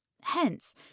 hence